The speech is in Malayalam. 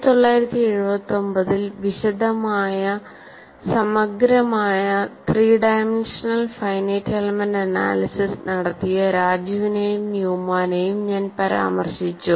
1979 ൽ വിശദമായ സമഗ്രമായ three dimensional finite element analysis നടത്തിയ രാജുവിനെയും ന്യൂമാനെയും ഞാൻ പരാമർശിച്ചു